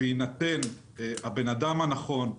בהינתן האדם הנכון,